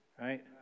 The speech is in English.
right